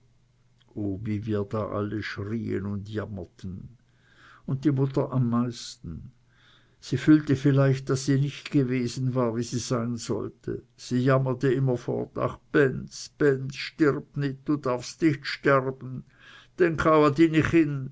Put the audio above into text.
wie wir da alle schrieen und jammerten und die mutter am meisten sie fühlte vielleicht daß sie nicht gewesen war wie sie sein sollte sie jammerte immerfort ach benz benz stirb nit du darfst nicht sterben denk